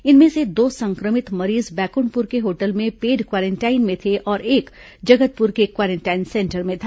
इनमें से दो संक्रमित मरीज बैकुंठपुर के होटल में पेड क्वारेंटाइन में थे और एक जगतपुर के क्वारेंटाइन सेंटर में था